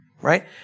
right